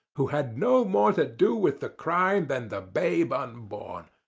who had no more to do with the crime than the babe unborn.